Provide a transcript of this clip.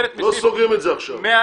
נגזרת מסעיף 101,